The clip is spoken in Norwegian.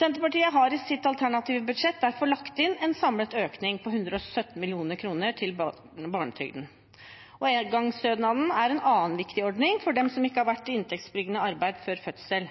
Senterpartiet har i sitt alternative budsjett derfor lagt inn en samlet økning på 117 mill. kr til barnetrygden. Engangsstønaden er en annen viktig ordning for dem som ikke har vært i